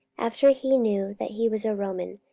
after he knew that he was a roman,